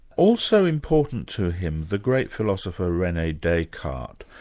also important to him, the great philosopher rene descartes,